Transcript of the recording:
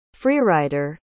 Freerider